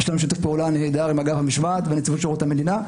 יש לנו שיתוף פעולה נהדר עם אגף המשמעת ונציבות שירות המדינה,